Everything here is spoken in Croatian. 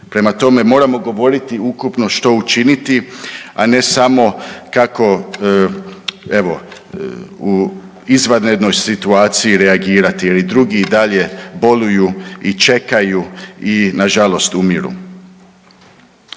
Prema tome, moramo govoriti ukupno što učiniti, a ne samo kako evo u izvanrednoj situaciji reagirati jer i drugi i dalje boluju i čekaju i nažalost umiru.